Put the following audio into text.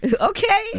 Okay